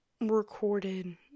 recorded